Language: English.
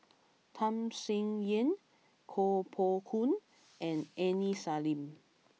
Tham Sien Yen Kuo Pao Kun and Aini Salim